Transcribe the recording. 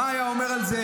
מה היה אומר על זה